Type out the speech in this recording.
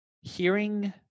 Hearing